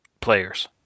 players